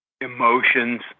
Emotions